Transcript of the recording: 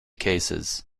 cases